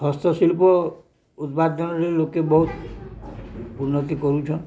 ହସ୍ତଶିଳ୍ପ ଉତ୍ପାଦନରେ ଲୋକେ ବହୁତ ଉନ୍ନତି କରୁଛନ୍